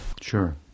Sure